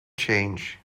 change